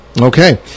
okay